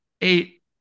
eight